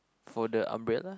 for the umbrella